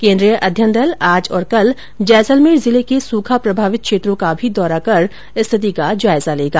केन्द्रीय अध्ययन दल आज और कल जैसलमेर जिले के सूखा प्रभावित क्षेत्रों का भी दौरा कर स्थिति का जायजा लेगा